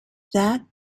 that